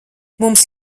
mums